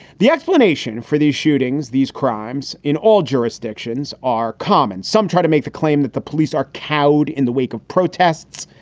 the explanation for these shootings, these crimes in all jurisdictions are common. some try to make the claim that the police are cowed. in the wake of protests,